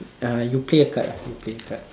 uh you play a card lah you play a card